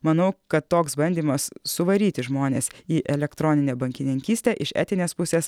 manau kad toks bandymas suvaryti žmones į elektroninę bankininkystę iš etinės pusės